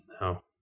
No